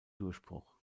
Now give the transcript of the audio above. durchbruch